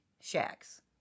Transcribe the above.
shacks